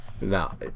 no